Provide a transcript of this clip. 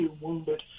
wounded